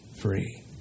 free